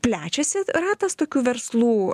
plečiasi ratas tokių verslų